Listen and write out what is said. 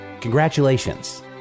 congratulations